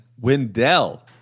Wendell